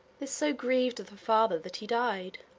this so grieved the father that he died